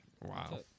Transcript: Wow